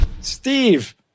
Steve